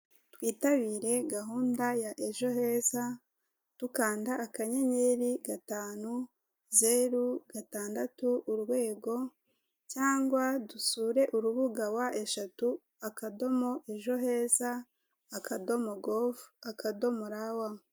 Twitabire gahunda ya ejoheza, dukanda akanyenyeri gatanu, zeru, gatandatu, urwego, cyangwa dusure urubuga wa eshatu, akadomo ejoheza, akadomo govu, akadomo rawa.